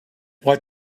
what